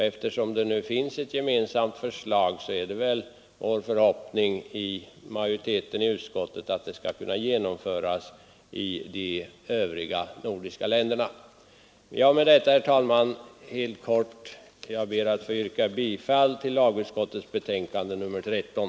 Eftersom det nu finns ett gemensamt förslag, är det utskottsmajoritetens förhoppning att det skall kunna genomföras också i de övriga nordiska länderna. Herr talman! Med detta ber jag att få yrka bifall till utskottets hemställan i betänkandet nr 13.